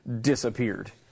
disappeared